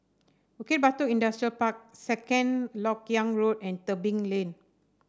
Bukit Batok Industrial Park Second LoK Yang Road and Tebing Lane